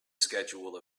schedule